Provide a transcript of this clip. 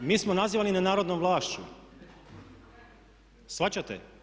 Mi smo nazivani nenarodnom vlašću, shvaćate.